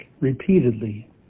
repeatedly